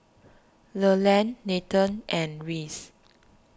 Leland Nathen and Reese